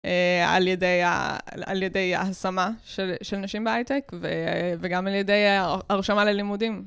א...על ידי ה...על-על ידי ההשמה, של-של נשים בהייטק, ו...וגם על ידי... הרשמה ללימודים.